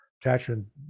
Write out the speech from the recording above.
attachment